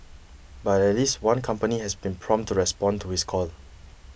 but at least one company has been prompt to respond to his call